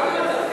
מדע.